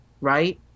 right